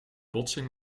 botsing